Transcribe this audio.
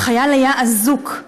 החייל היה אזוק.